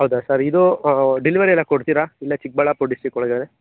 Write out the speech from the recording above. ಹೌದಾ ಸರ್ ಇದು ಡಿಲೆವರಿ ಎಲ್ಲ ಕೊಡ್ತೀರಾ ಇಲ್ಲೇ ಚಿಕ್ಕಬಳ್ಳಾಪುರ್ ಡಿಸ್ಟಿಕ್ ಒಳಗೇನೇ